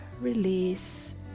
release